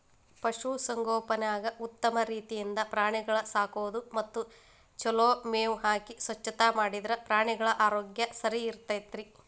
ಪಶು ಸಂಗೋಪನ್ಯಾಗ ಉತ್ತಮ ರೇತಿಯಿಂದ ಪ್ರಾಣಿಗಳ ಸಾಕೋದು ಮತ್ತ ಚೊಲೋ ಮೇವ್ ಹಾಕಿ ಸ್ವಚ್ಛತಾ ಮಾಡಿದ್ರ ಪ್ರಾಣಿಗಳ ಆರೋಗ್ಯ ಸರಿಇರ್ತೇತಿ